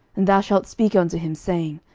and thou shalt speak unto him, saying,